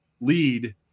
lead